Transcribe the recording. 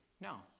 No